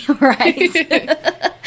Right